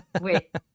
wait